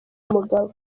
mugabo